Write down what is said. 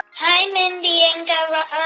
hi, mindy and guy raz